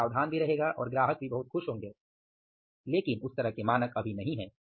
वह सावधान भी रहेगा और ग्राहक भी बहुत खुश होंगे लेकिन उस तरह के मानक नहीं हैं